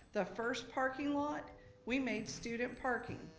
the first parking lot we made student parking.